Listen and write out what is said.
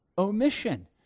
Omission